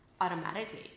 automatically